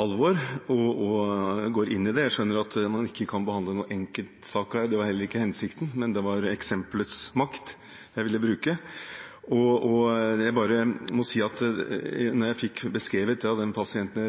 og går inn i det. Jeg skjønner at man ikke kan behandle en enkeltsak her, det var heller ikke hensikten, men jeg ville bruke eksemplets makt. Jeg må bare si at da jeg fikk beskrevet dette tilfellet av denne pasienten,